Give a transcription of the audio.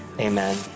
amen